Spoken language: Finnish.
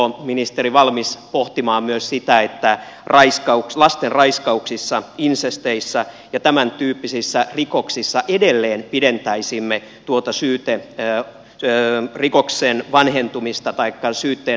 oletteko ministeri valmis pohtimaan myös sitä että lasten raiskauksissa insesteissä ja tämäntyyppisissä rikoksissa edelleen pidentäisimme tuota rikoksen vanhentumis taikka syytteen nostamisaikaa